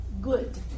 good